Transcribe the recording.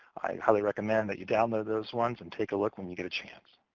highly recommend that you download those ones and take a look when you get a chance.